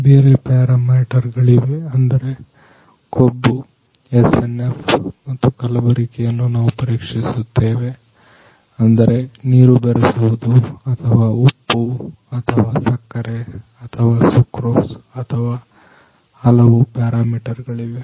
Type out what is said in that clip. ಬೇರೆ parameter ಗಳಿವೆ ಅಂದರೆ ಕೊಬ್ಬು SNF ಮತ್ತು ಕಲಬೆರಕೆಯನ್ನು ನಾವು ಪರೀಕ್ಷಿಸುತ್ತೇವೆ ಅಂದರೆ ನೀರು ಬೆರೆಸುವುದು ಅಥವಾ ಉಪ್ಪು ಅಥವಾ ಸಕ್ಕರೆ ಅಥವಾ ಸುಕ್ರೋಸ್ ಅಥವಾ ಹಲವಾರು ಪ್ಯಾರಾ ಮೀಟರ್ ಗಳಿವೆ